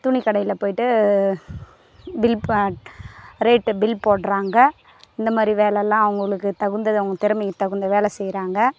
துணிக்கடையில் போயிவிட்டு பில் ப rate bill போடுறாங்க இந்த மாதிரி வேலைல்லாம் அவங்களுக்கு தகுந்தது அவங்க திறமைக்கு தகுந்த வேலை செய்யறாங்க